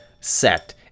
set